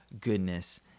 goodness